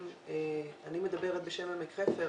אני מדברת בשם עמק חפר,